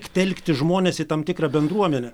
telkti žmones į tam tikrą bendruomenę